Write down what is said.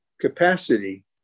capacity